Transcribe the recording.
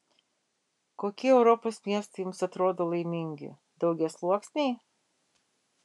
kokie europos miestai jums atrodo laimingi daugiasluoksniai